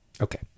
Okay